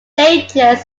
dangers